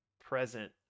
present